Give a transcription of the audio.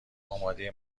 اماده